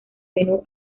menú